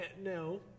no